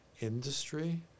industry